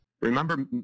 Remember